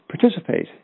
participate